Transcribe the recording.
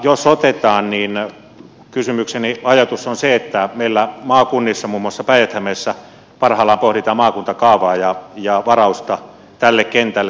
jos otetaan niin kysymykseni ajatus liittyy siihen että meillä maakunnissa muun muassa päijät hämeessä parhaillaan pohditaan maakuntakaavaa ja varausta tälle kentälle